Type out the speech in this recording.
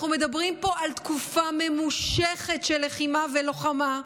אנחנו מדברים פה על תקופה ממושכת של לחימה ולוחמה,